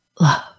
love